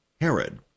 Herod